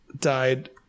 died